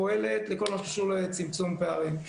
פועלת בכל מה שקשור לצמצום פערים.